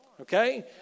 okay